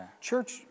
church